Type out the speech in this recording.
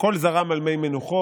הכול זרם על מי מנוחות.